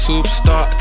Superstar